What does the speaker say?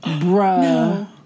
Bro